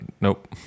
Nope